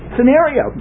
Scenario